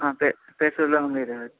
हँ पेट्रोल ओइमे रहत